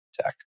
tech